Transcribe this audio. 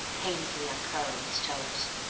painfully uncurling his toes.